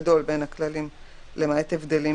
הבדיקות המיידיות שמאפשרות למי שפועל בתו